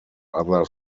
other